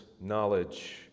knowledge